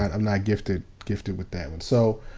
i'm not gifted gifted with that. and so,